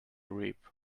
reap